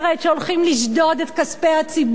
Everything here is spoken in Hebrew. שהולכים לשדוד את כספי הציבור.